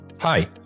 Hi